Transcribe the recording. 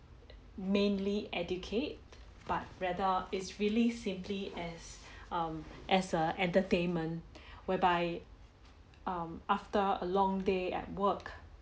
mainly educate but rather is really simply as um as a entertainment whereby um after a long day at work